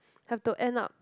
have to end up